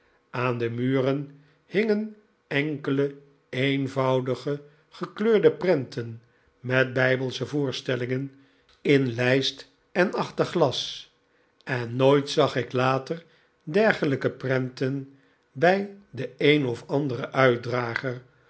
aah de muren hingen enkele eenvoudige gekleurde prenten met bijbelsche voorstellingen in lijst en achter glas en nooit zag ik later dergelijke prenten bij den een of anderen uitdrager